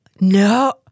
No